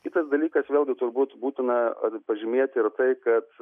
kitas dalykas vėlgi turbūt būtina pažymėti ir tai kad